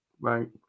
Right